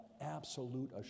absolute